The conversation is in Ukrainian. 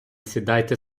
сідайте